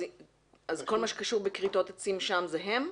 כל מה שקשור בכריתות עצים שם, זה הם?